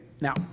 now